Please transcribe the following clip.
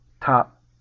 top